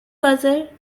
buzzer